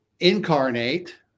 Incarnate